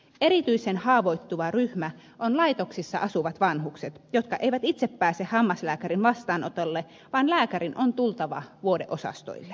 erityisen haavoittuva ryhmä on laitoksissa asuvat vanhukset jotka eivät itse pääse hammaslääkärin vastaanotolle vaan lääkärin on tultava vuodeosastoille